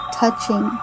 touching